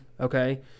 Okay